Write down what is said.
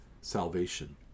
salvation